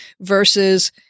versus